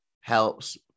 helps